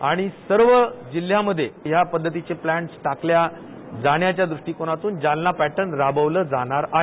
आणि सर्व जिल्ह्यांमध्ये या पद्धतीचे फ्लॅंट टाकल्या जाण्याच्या दृष्टीकोनातून जालना पॅटर्न राबवलं जाणार आहे